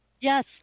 Yes